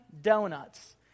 donuts